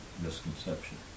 misconception